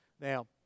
Now